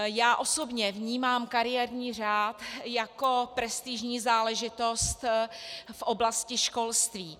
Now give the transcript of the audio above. Já osobně vnímám kariérní řád jako prestižní záležitost v oblasti školství.